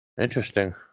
interesting